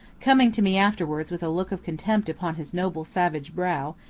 coming to me afterwards with a look of contempt upon his noble savage brow,